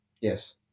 yes